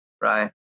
right